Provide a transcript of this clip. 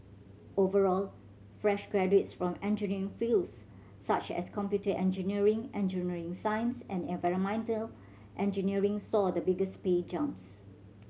overall fresh graduates from engineering fields such as computer engineering engineering science and environmental engineering saw the biggest pay jumps